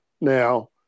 Now